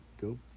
go